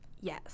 Yes